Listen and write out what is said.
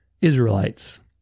Israelites